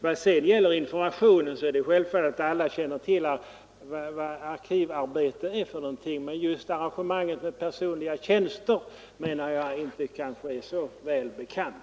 Vad sedan gäller informationen så är det självfallet att alla känner till vad arkivarbete är för någonting, men just arrangemanget med personliga tjänster kanske inte är så väl bekant.